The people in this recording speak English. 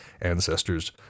Ancestor's